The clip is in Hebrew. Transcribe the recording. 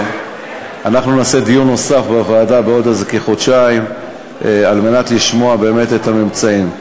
אנחנו נעשה דיון נוסף בוועדה בעוד כחודשיים על מנת לשמוע את הממצאים.